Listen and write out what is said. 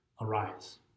arise